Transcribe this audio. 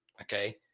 Okay